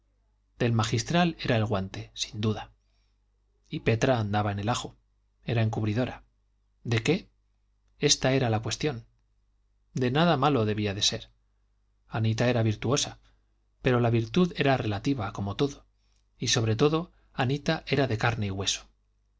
del magistral era el guante sin duda y petra andaba en el ajo era encubridora de qué esta era la cuestión de nada malo debía de ser anita era virtuosa pero la virtud era relativa como todo y sobre todo anita era de carne y hueso